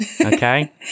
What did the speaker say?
okay